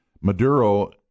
Maduro